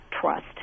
trust